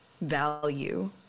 value